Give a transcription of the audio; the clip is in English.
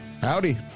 Howdy